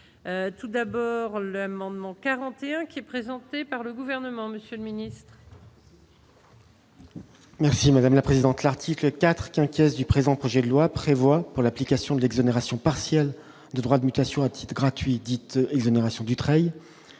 Tout d'abord relais amendement 41 qui est présenté par le gouvernement Monsieur mini. Merci madame la présidente, l'article IV qui inquiète du présent projet de loi prévoit pour l'application de l'exonération partielle de droits de mutation à titre gratuit, dite du travail d'une